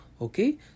okay